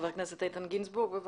חבר הכנסת איתן גינזבורג, בבקשה.